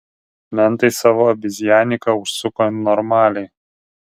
mentai savo abizjaniką užsuko normaliai